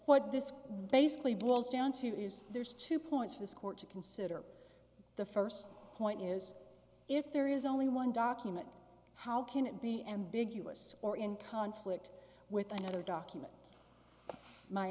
what this basically boils down to is there's two points for this court to consider the first point is if there is only one document how can it be ambiguous or in conflict with another document my